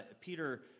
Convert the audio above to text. Peter